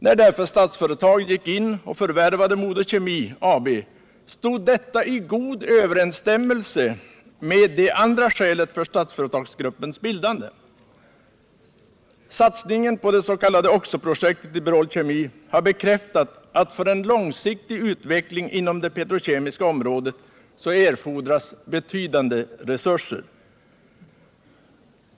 När därför Statsföretag gick in och förvärvade MoDo-Kemi AB, stod detta i god överensstämmelse med det andra skälet för Statsföretagsgruppens bildande. Satsningen på det s.k. Oxo-projektet i Berol Kemi har bekräftat att för en långsiktig utveckling inom det petrokemiska området erfordras betydande resurser.